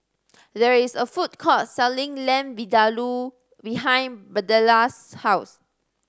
there is a food court selling Lamb Vindaloo behind Birdella's house